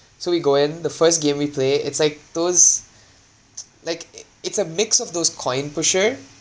so we go in the first game we play it's like those like it's a mix of those coin pusher